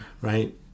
right